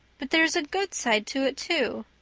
but there is a good side to it too.